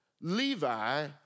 Levi